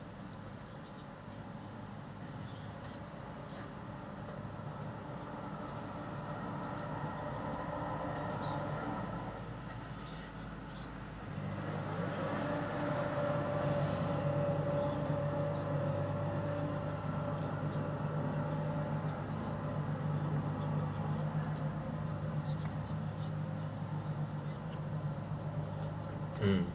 um